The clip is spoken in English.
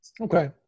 Okay